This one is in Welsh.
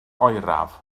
oeraf